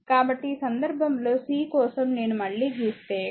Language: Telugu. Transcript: కాబట్టి ఈ సందర్భంలో c కోసం నేను మళ్ళీ గీస్తే